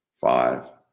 five